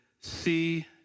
see